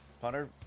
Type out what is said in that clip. punter